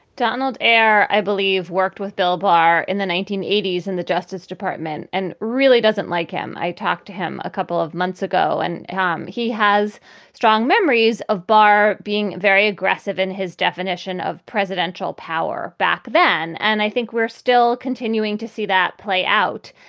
donald air, i believe, worked with delbar in the nineteen eighty s in the justice department and really doesn't like him. i talked to him a couple of months ago and he has strong memories of barr being very aggressive in his definition of presidential power back then. and i think we're still continuing to see that play out.